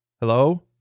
Hello